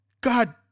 God